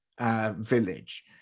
village